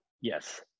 Yes